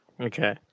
Okay